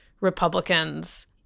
Republicans